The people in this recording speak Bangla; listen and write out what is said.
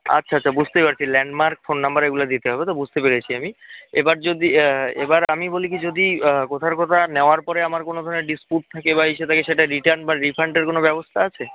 আচ্ছা আচ্ছা বুঝতেই পারছি ল্যান্ড মার্ক ফোন নম্বর এগুলো দিতে হবে তো বুঝতে পেরেছি আমি এবার যদি এবার আমি বলি কী যদি কথার কথা নেওয়ার পরে আমার কোনও ধরনের ডিসপুট থাকে বা ইসে থাকে সেটা রিটার্ন বা রিফান্ডের কোনও ব্যবস্থা আছে